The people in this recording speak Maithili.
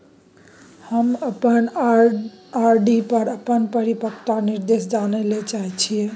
हम अपन आर.डी पर अपन परिपक्वता निर्देश जानय ले चाहय छियै